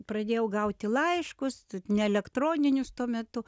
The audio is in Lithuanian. pradėjau gauti laiškus ne elektroninius tuo metu